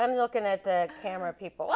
i'm looking at the camera people